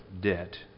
debt